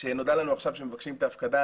כשנודע לנו עכשיו שמבקשים את ההפקדה,